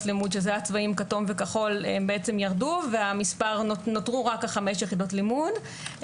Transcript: לימוד ירדו ונותרו רק חמש יחידות הלימוד,